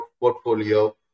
portfolio